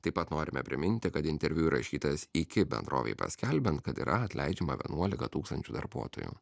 taip pat norime priminti kad interviu įrašytas iki bendrovei paskelbiant kad yra atleidžiama vienuolika tūkstančių darbuotojų